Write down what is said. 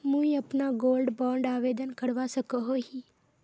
मुई अपना gold bond आवेदन करवा सकोहो ही?